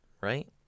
right